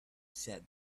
said